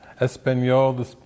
Espanol